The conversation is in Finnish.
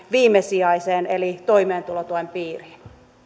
viimesijaisen eli toimeentulotuen piiriin